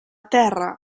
terra